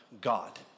God